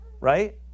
Right